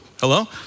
Hello